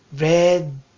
red